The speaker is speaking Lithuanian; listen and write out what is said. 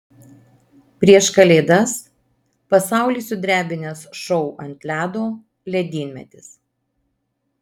prieš kalėdas pasaulį sudrebinęs šou ant ledo ledynmetis